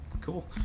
Cool